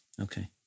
Okay